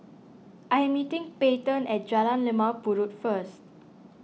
I'm meeting Peyton at Jalan Limau Purut first